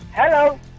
Hello